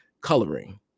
Coloring